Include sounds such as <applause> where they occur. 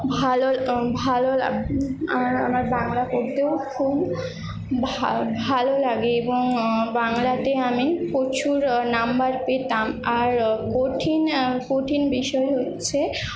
ভালো ভালো <unintelligible> আমার বাংলা পড়তেও খুব ভালো লাগে এবং বাংলাতে আমি প্রচুর নম্বর পেতাম আর কঠিন কঠিন বিষয় হচ্ছে